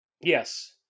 Yes